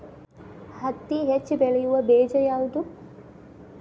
ಹತ್ತಿ ಹೆಚ್ಚ ಬೆಳೆಯುವ ಬೇಜ ಯಾವುದು?